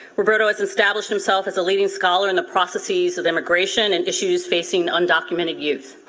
roberto has established himself as a leading scholar in the processes of immigration and issues facing undocumented youth.